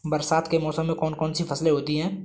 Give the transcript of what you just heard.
बरसात के मौसम में कौन कौन सी फसलें होती हैं?